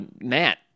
Matt